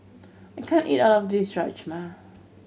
I can't eat all of this Rajma